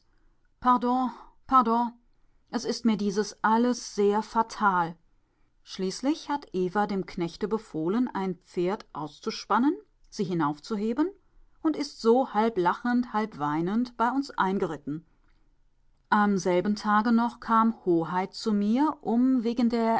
pardon es ist mir dieses alles sehr fatal schließlich hat eva dem knechte befohlen ein pferd auszuspannen sie hinaufzuheben und ist so halb lachend halb weinend bei uns eingeritten am selben tage noch kam hoheit zu mir um wegen der